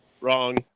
Wrong